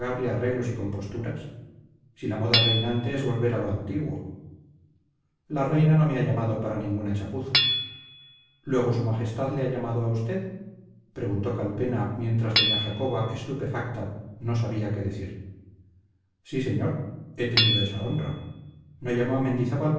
arreglos y composturas si la moda reinante es volver a lo antiguo la reina no me ha llamado para ninguna chapuza luego su majestad le ha llamado a usted preguntó calpena mientras doña jacoba estupefacta no sabía qué decir sí señor he tenido esa honra no llamó a mendizábal